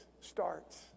starts